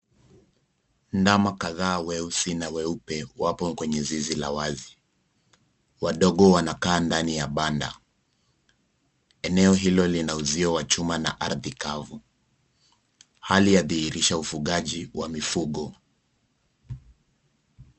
Ndama kadha weusi na weupe wapo kwenye zizi la wazi wadogo wanakaa ndani ya banda eneo hilo lina uzi wa chuma na ardhi kavu hali ya dhirhisha hali ya ufugaji.